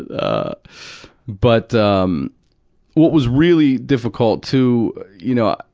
ah ah but um what was really difficult, too you know,